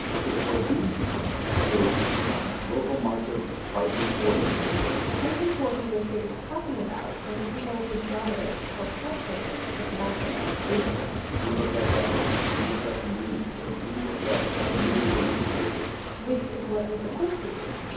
ok. what we do is we have local market pricing coordinators the pricing coordinators shrader's talking about are the people whose job it is to help set prices for tobacco at the bases we look at gas stations, we look at convenience stores, we look at major retailers which is what they're supposed to do.